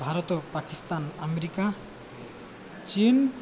Bharat Pakistan America ଚୀନ୍